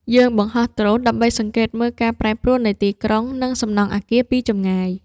យើងបង្ហោះដ្រូនដើម្បីសង្កេតមើលការប្រែប្រួលនៃទីក្រុង និងសំណង់អាគារពីចម្ងាយ។